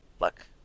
look